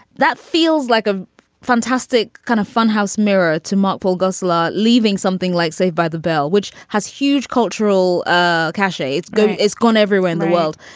that feels like a fantastic kind of funhouse mirror to multiple law, leaving something like saved by the bell, which has huge cultural ah cachet. it's good. it's gone everywhere in the world.